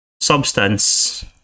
substance